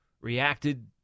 reacted